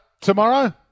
tomorrow